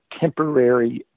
temporary